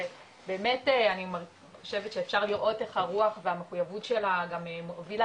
באמת אני חושבת שאפשר לראות איך הרוח והמחויבות שלה גם הובילה